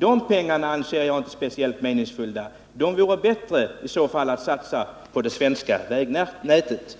Jag anser att de pengarna inte används på ett meningsfyllt sätt. Det vore i så fall bättre att satsa dem på det svenska vägnätet.